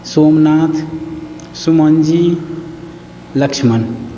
Somnath Sumanji Lakshman